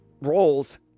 roles